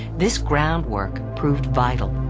this groundwork proved vital.